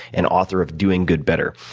and author of doing good better.